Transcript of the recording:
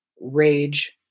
rage